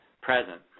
present